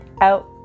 Out